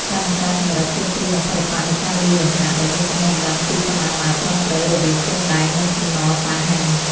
ការបង្កើតសំរឹទ្ធិទាមទារនូវ សិល្បៈនៃការលាយលោហៈ ដែលមានចំណេះដឹងពីសមាមាត្រត្រឹមត្រូវរវាងទង់ដែង និងសំណប៉ាហាំង។